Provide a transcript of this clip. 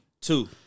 Two